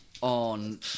on